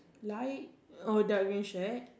light or dark green shirt